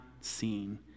seen